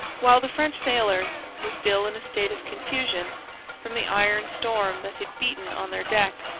while the french sailors were still in a state of confusion from the iron storm that had beaten on their deck,